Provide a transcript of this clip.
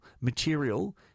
material